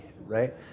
right